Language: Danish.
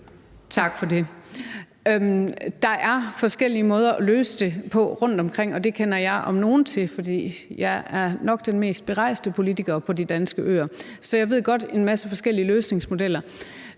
Tak for det. Der er forskellige måder at løse det på rundtomkring, og det kender jeg om nogen til, for jeg er nok den politiker, der rejser mest til de danske øer. Så jeg kender godt til en masse forskellige løsningsmodeller,